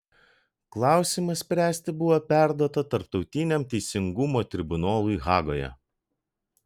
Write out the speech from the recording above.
klausimą spręsti buvo perduota tarptautiniam teisingumo tribunolui hagoje